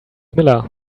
miller